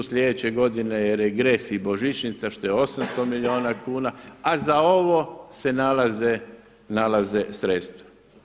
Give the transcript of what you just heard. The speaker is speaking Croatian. Sljedeće godine je regres i božićnica što je 800 milijuna kuna, a za ovo se nalaze sredstva.